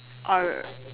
or